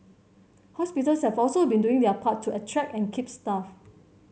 hospitals have also been doing their part to attract and keep staff